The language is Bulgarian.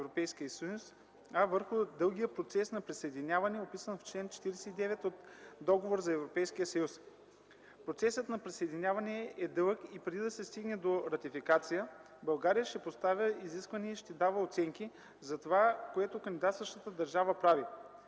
Европейския съюз, а върху дългия процес на присъединяване, описан в чл. 49 от Договора за Европейския съюз. Процесът на присъединяване е дълъг и преди да се стигне до ратификация, България ще поставя изисквания и ще дава оценки за това, което кандидатстващата държава прави.